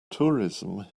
tourism